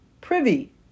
privy